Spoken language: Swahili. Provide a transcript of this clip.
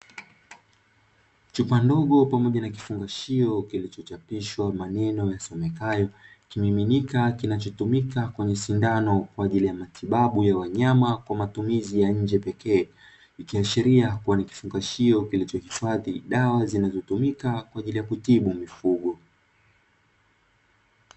Chupa ndogo pamoja na kifungashio kilichochapishwa maneno yasomekayo "kimiminika kinachotumika kwenye sindano kwa ajili ya matibabu ya wanyama kwa ya matumizi ya nje pekee" , ikiashiria kuwa ni kifungashio kilichohifadhi dawa zinazotumika kwa ajili ya kutibu mifugo.